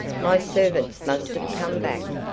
my servants must have come back.